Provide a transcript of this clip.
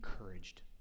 encouraged